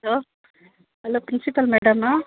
hello hello principal ಮೇಡಮ್ಮಾ